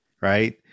right